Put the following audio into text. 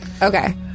Okay